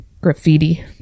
graffiti